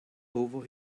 over